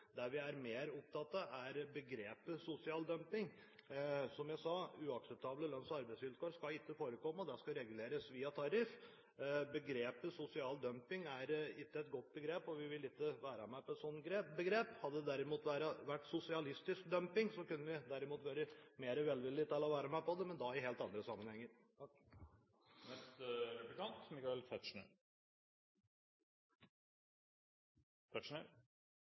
vi er mer opptatt av, er begrepet «sosial dumping». Som jeg sa, uakseptable lønns- og arbeidsvilkår skal ikke forekomme, de skal reguleres via tariff. «Sosial dumping» er ikke et godt begrep, og vi vil ikke være med på et slikt begrep. Hadde det derimot vært «sosialistisk dumping», kunne vi vært mer velvillige til å være med på det, men da i helt andre sammenhenger.